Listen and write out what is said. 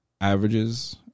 averages